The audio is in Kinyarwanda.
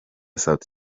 sauti